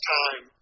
time